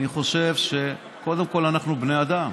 אני חושב שקודם כול אנחנו בני אדם,